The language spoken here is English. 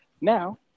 Now